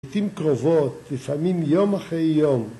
לעיתים קרובות, לפעמים יום אחרי יום.